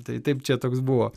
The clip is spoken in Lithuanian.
tai taip čia toks buvo